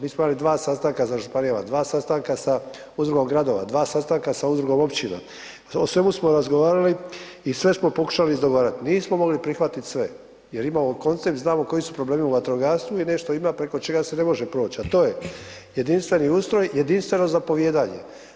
Mi smo imali 2 sastanka sa županijama, 2 sastanka sa Udrugom gradova, 2 sastanka sa udrugom općina, o svemu smo razgovarali i sve smo pokušali izdogovarati, nismo mogli prihvatiti sve jer imamo koncept i znamo koji su problemi u vatrogastvu i nešto ima preko čega se ne može proći a to je jedinstveni ustroj, jedinstveno zapovijedanje.